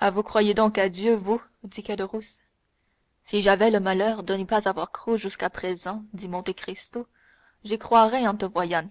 ah vous croyez donc à dieu vous dit caderousse si j'avais le malheur de n'y pas avoir cru jusqu'à présent dit monte cristo j'y croirais en te voyant